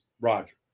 Roger